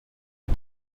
une